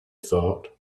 thought